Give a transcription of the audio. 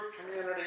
community